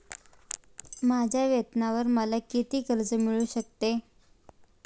माझ्या वेतनावर मला किती कर्ज मिळू शकते?